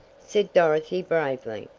said dorothy bravely.